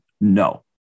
No